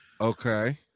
Okay